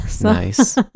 Nice